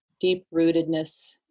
deep-rootedness